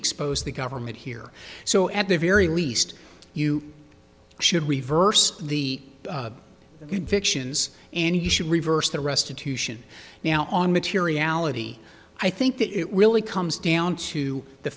expose the government here so at the very least you should reverse the convictions and you should reverse the restitution now on materiality i think that it really comes down to the